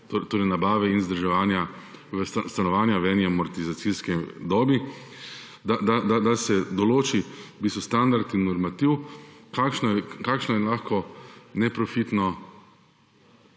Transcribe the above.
stroške nabave in vzdrževanja stanovanja v eni amortizacijski dobi, da se določi standard in normativ, kakšno je lahko neprofitno